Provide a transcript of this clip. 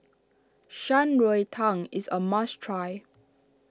Shan Rui Tang is a must try